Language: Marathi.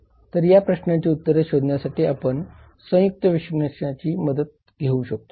तर या प्रश्नांची उत्तरे शोधण्यासाठी आपण संयुक्त विश्लेषणाची मदत घेऊ शकतो